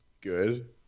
Good